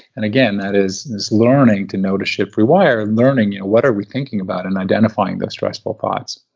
and again, that is this learning to notice, shift, rewire. learning, what are we thinking about and identifying those stressful thoughts.